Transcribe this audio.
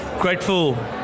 grateful